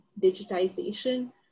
digitization